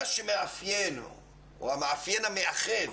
המאפיין המאחד